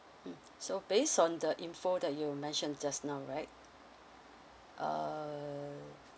mm so based on the info that you mentioned just now right uh